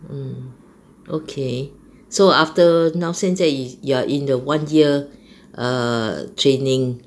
mm okay so after now 现在 you are in the one year err training